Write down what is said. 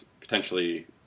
potentially